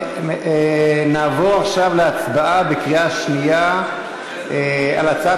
נעבור עכשיו להצבעה בקריאה שנייה על הצעת